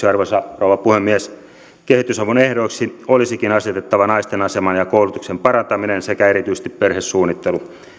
arvoisa rouva puhemies lopuksi kehitysavun ehdoiksi olisikin asetettava naisten aseman ja koulutuksen parantaminen sekä erityisesti perhesuunnittelu